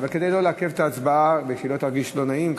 אבל כדי שלא לעכב את ההצבעה ושהיא לא תרגיש לא נעים,